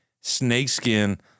snakeskin